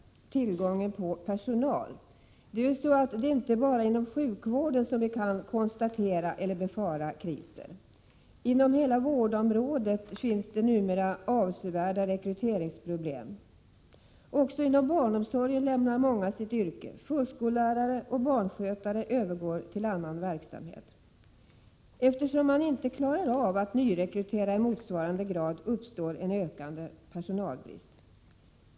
Det är inte bara inom sjukvården som man kan konstatera eller befara kriser. Inom hela vårdområdet finns numera avsevärda rekryteringsproblem. Också inom barnomsorgen lämnar många sitt yrke. Förskollärare och barnskötare övergår till annan verksamhet. Eftersom man inte klarar av att nyrekrytera i motsvarande grad uppstår nu en ökande personalbrist.